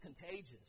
contagious